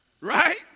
Right